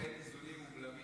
ואז אומרים שאין איזונים ובלמים.